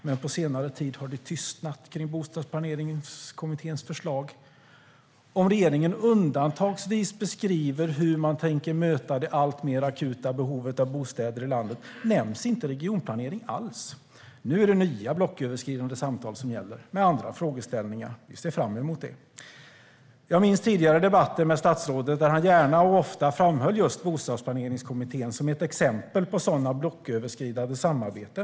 Men på senare tid har det tystnat kring Bostadsplaneringskommitténs förslag. Om regeringen undantagsvis beskriver hur man tänker möta det alltmer akuta behovet av bostäder i landet nämns inte regionplanering alls. Nu är det nya blocköverskridande samtal som gäller, med andra frågeställningar. Vi ser fram emot det. Jag minns tidigare debatter med statsrådet där han gärna och ofta framhöll just Bostadsplaneringskommittén som ett exempel på sådana blocköverskridande samarbeten.